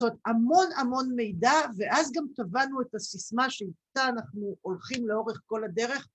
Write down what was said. ‫המון המון מידע, ‫ואז גם טבענו את הסיסמה ‫שאיתה אנחנו הולכים לאורך כל הדרך.